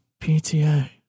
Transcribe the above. PTA